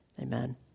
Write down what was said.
amen